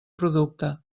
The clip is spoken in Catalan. producte